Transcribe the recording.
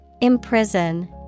Imprison